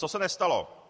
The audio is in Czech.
Co se nestalo?